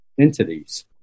entities